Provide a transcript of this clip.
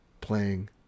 playing